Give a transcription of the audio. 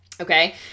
Okay